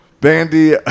Bandy